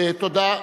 תודה.